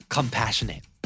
Compassionate